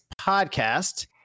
podcast